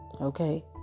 Okay